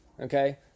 Okay